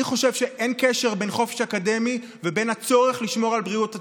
אני חושב שאין קשר בין חופש אקדמי ובין הצורך לשמור על בריאות הציבור.